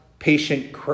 patient